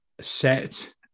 set